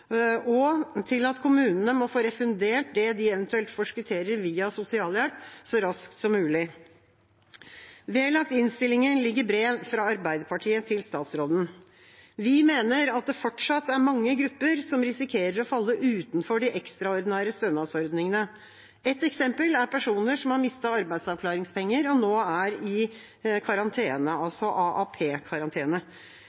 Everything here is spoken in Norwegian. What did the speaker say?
og til at kommunene må få refundert det de eventuelt forskutterer via sosialhjelpen, så raskt som mulig. Vedlagt innstillingen ligger et brev fra Arbeiderpartiet til statsråden. Vi mener at det fortsatt er mange grupper som risikerer å falle utenfor de ekstraordinære stønadsordningene. Ett eksempel er personer som har mistet arbeidsavklaringspenger og nå er i karantene,